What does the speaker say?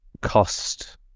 cost